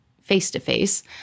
face-to-face